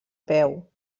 peu